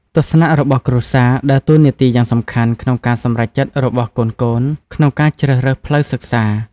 ទស្សនៈរបស់គ្រួសារ ដើរតួនាទីយ៉ាងសំខាន់ក្នុងការសម្រេចចិត្តរបស់កូនៗក្នុងការជ្រើសរើសផ្លូវសិក្សា។